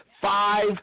five